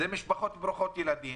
זה משפחות ברוכות ילדים,